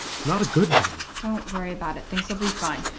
it's not a good dream. don't worry about it, things will be fine,